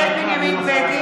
אני לא חייב לתת